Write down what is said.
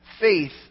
faith